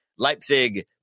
Leipzig